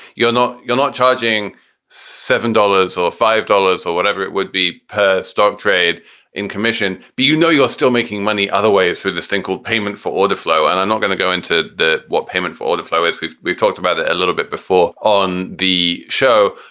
you're not you're not charging seven dollars or five dollars or whatever it would be per stock trade in commission. but, you know, you're still making money other ways through this thing called payment for order flow. and not going to go into the what payment for all the flowers we've we've talked about a little bit before on the show.